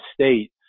state